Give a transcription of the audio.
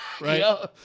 right